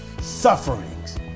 Sufferings